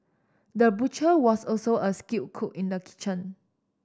the butcher was also a skilled cook in the kitchen